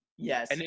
Yes